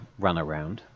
runaround